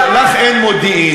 אבל לך אין מודיעין.